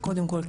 קודם כל,